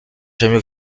jamais